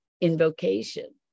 invocation